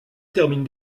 termine